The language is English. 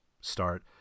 start